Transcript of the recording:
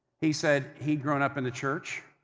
he said he'd grown up in the church,